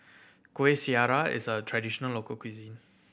Kueh Syara is a traditional local cuisine